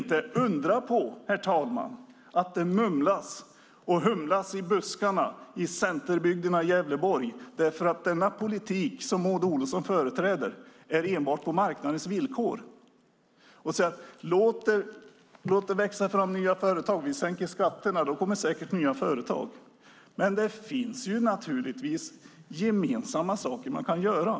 Inte undra på, herr talman, att det mumlas och humlas i buskarna i centerbygderna i Gävleborg. Den politik som Maud Olofsson företräder är enbart på marknadens villkor. Regeringen säger: Låt det växa fram nya företag. Vi sänker skatterna och då kommer det säkert nya företag. Det finns naturligtvis gemensamma saker man kan göra.